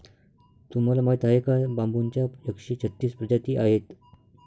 तुम्हाला माहीत आहे का बांबूच्या एकशे छत्तीस प्रजाती आहेत